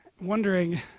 wondering